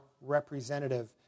representative